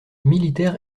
militaire